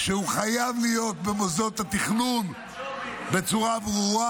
שהוא חייב להיות במוסדות התכנון בצורה ברורה,